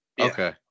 Okay